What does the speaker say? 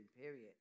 period